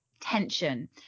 tension